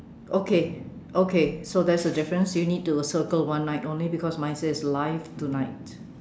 okay okay so there's a difference you need to circle one night only because mine says live tonight